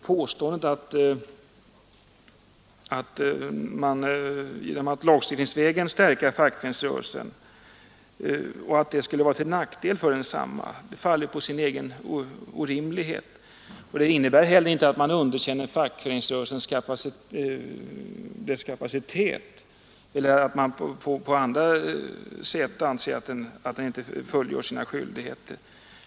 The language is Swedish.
Påståendet att det skulle vara till nackdel för fackföreningsrörelsen att lagstiftningsvägen stärka densamma faller på sin egen orimlighet. Det innebär inte heller ett underkännande av fackföreningsrörelsens kapacitet eller att man anser att den på andra sätt inte fullgör sina skyldigheter.